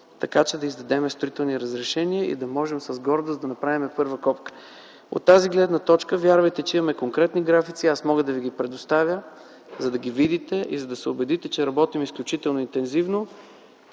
така че да издадем строителни разрешения и с гордост да направим първа копка. От тази гледна точка вярвайте, че имаме конкретни графици, мога да Ви ги предоставя, да ги видите и се убедите, че работим изключително интензивно.